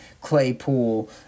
Claypool